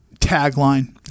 tagline